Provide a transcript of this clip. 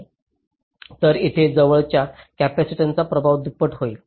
तर इथे जवळच्या कॅपेसिटन्सचा प्रभाव दुप्पट होईल